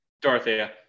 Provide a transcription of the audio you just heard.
Dorothea